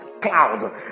Cloud